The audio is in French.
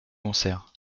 concerts